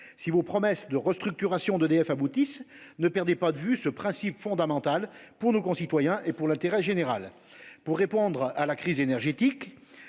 si vos promesses de restructuration d'EDF aboutissent, ne perdez pas de vue ce principe fondamental pour nos concitoyens et pour l'intérêt général. Les textes, nationaux